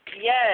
Yes